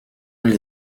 elle